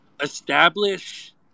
establish